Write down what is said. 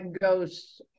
ghosts